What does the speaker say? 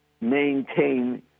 maintain